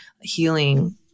healing